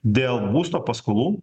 dėl būsto paskolų